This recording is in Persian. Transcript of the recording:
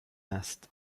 است